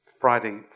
Friday